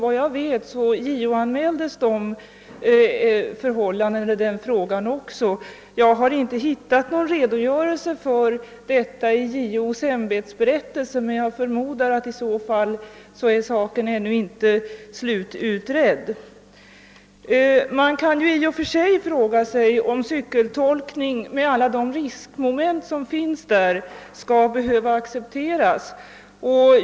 Såvitt jag vet JO-anmäldes också den saken. Jag har inte hittat någon redogörelse härför i JO:s ämbetsberättelse; jag förmodar att det beror på att frågan ännu inte är slutgiltigt utredd. Skall cykeltolkning med alla de riskmoment som uppkommer behöva accepteras?